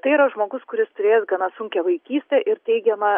tai yra žmogus kuris turėjęs gana sunkią vaikystę ir teigiamą